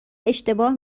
اشتباه